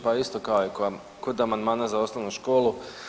Pa isto kao i kod amandmana za osnovnu školu.